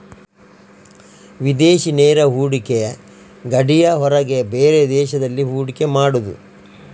ವಿದೇಶಿ ನೇರ ಹೂಡಿಕೆ ಗಡಿಯ ಹೊರಗೆ ಬೇರೆ ದೇಶದಲ್ಲಿ ಹೂಡಿಕೆ ಮಾಡುದು